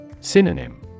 Synonym